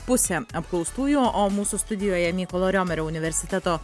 pusė apklaustųjų o mūsų studijoje mykolo riomerio universiteto